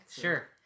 sure